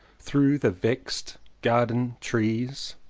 through the vex'd garden trees.